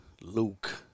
Luke